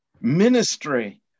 ministry